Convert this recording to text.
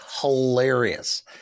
hilarious